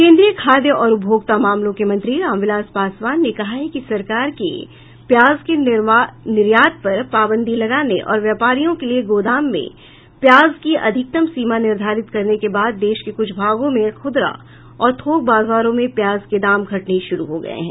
केंद्रीय खाद्य और उपभोक्ता मामलों के मंत्री रामविलास पासवान ने कहा है कि सरकार के प्याज के निर्यात पर पाबंदी लगाने और व्यापारियों के लिए गोदाम में प्याज की अधिकतम सीमा निर्धारित करने के बाद देश के कुछ भागों में खुदरा और थोक बाजारों में प्याज के दाम घटने शुरू हो गए हैं